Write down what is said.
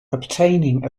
obtaining